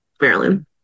Maryland